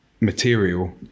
material